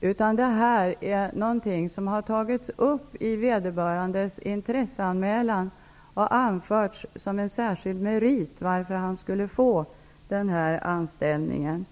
utan det här är något som har tagits upp i vederbörandes intresseanmälan och anförts som en särskild merit till att han skulle få denna anställning.